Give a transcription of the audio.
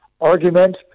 argument